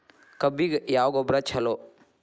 ಕಬ್ಬಿಗ ಯಾವ ಗೊಬ್ಬರ ಛಲೋ?